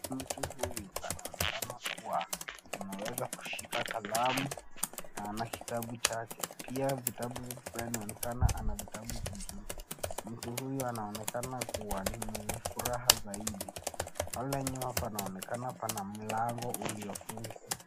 Mtu huyu anaonekana kuwa, ameweza kushika kalamu, na ana kitabu chake, pia vitabu pia inaonekana ana vitabu vingine, mtu huyu anaonekana kuwa ni mwenye furaha zaidi, pale nyuma panaonekana pana mlango uliofungwa.